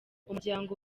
umuryango